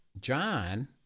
John